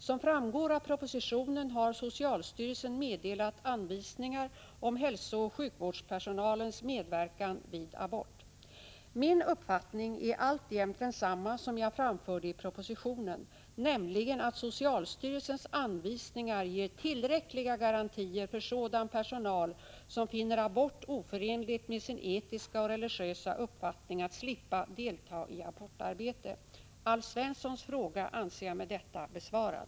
Som framgår av propositionen har socialstyrelsen meddelat anvisningar om hälsooch sjukvårdspersonalens medverkan vid abort. Min uppfattning är alltjämt densamma som jag framförde i propositionen, nämligen att socialstyrelsens anvisningar ger tillräckliga garantier för sådan personal som finner abort oförenlig med sin etiska och religiösa uppfattning att slippa delta i abortarbete. Alf Svenssons fråga anser jag med detta besvarad.